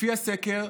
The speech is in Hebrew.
לפי הסקר,